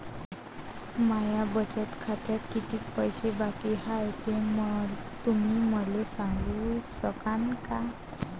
माया बचत खात्यात कितीक पैसे बाकी हाय, हे तुम्ही मले सांगू सकानं का?